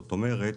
זאת אומרת,